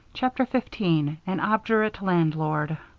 chapter fifteen an obdurate landlord